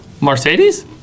Mercedes